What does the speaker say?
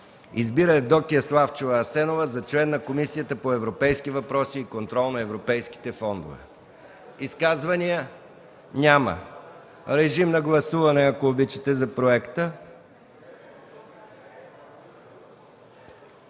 Избира Евдокия Славчова Асенова за член на Комисията по европейските въпроси и контрол на европейските фондове.” Изказвания? Няма. Моля, гласувайте за проекта.